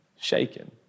shaken